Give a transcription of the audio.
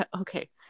Okay